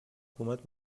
حکومت